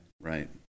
Right